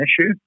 issue